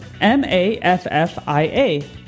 M-A-F-F-I-A